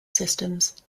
systems